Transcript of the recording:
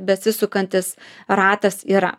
besisukantis ratas yra